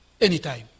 anytime